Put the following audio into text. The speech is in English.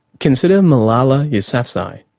consider malala yousafzai.